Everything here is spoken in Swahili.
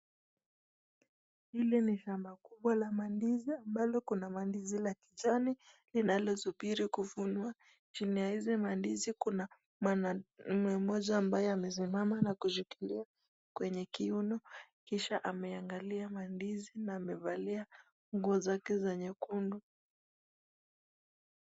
Hili ni shamba kubwa la mandizi ambalo kuna mandizi la kijani linalosubiri kuvunwa. Chini ya hizi mandizi kuna mwanaume mmoja ambaye amesimama na kushikilia kwenye kiuno kisha ameangalia mandizi na amevalia nguo zake za nyekundu.